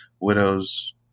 widows